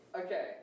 Okay